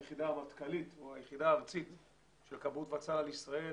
זו היחידה המטכ"לית או היחידה הארצית של כבאות והצלה לישראל,